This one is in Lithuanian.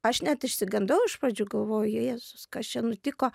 aš net išsigandau iš pradžių galvoju jėzus kas čia nutiko